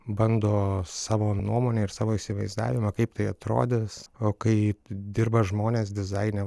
bando savo nuomonę ir savo įsivaizdavimą kaip tai atrodys o kaip dirba žmonės dizaine